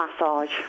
massage